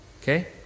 Okay